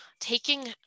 taking